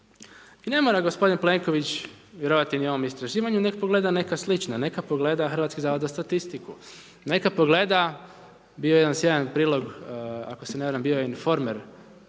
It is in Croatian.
I ne mora gospodin Plenković vjerovati ni ovom istraživanju, neka pogleda neka slična, neka pogleda Hrvatski zavod za statistiku, neka pogleda, bio je jedan sjajan prilog, ako se ne varam bio je informer